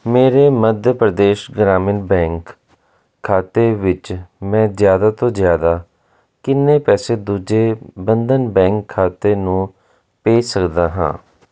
ਮੇਰੇ ਮੱਧ ਪ੍ਰਦੇਸ਼ ਗ੍ਰਾਮੀਣ ਬੈਂਕ ਖਾਤੇ ਵਿੱਚ ਮੈਂ ਜ਼ਿਆਦਾ ਤੋਂ ਜ਼ਿਆਦਾ ਕਿੰਨੇ ਪੈਸੇ ਦੂਜੇ ਬੰਧਨ ਬੈਂਕ ਖਾਤੇ ਨੂੰ ਭੇਜ ਸਕਦਾ ਹਾਂ